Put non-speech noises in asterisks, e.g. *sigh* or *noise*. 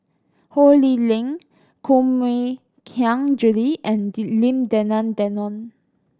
Ho Lee Ling Koh Mui Hiang Julie and *unintelligible* Lim Denan Denon